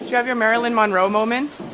have your marilyn monroe moment?